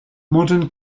modern